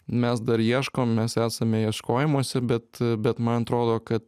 mes dar ieškom mes esame ieškojimuose bet bet man trodo kad